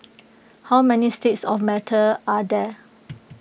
how many states of matter are there